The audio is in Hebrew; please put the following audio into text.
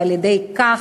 ועל-ידי כך,